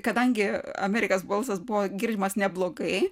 kadangi amerikos balsas buvo girdimas neblogai